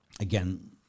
Again